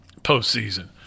postseason